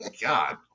God